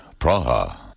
Praha